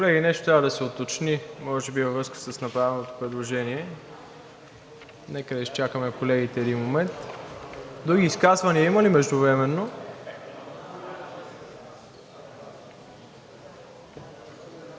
Колеги, нещо трябва да се уточни може би във връзка с направеното предложение. Нека да изчакаме колегите един момент. Други изказвания има ли междувременно?